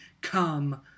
come